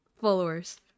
followers